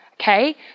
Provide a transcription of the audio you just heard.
Okay